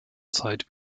zeit